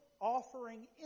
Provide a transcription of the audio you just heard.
offering